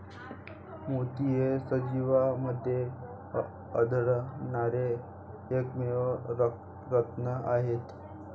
मोती हे सजीवांमध्ये आढळणारे एकमेव रत्न आहेत